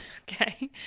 Okay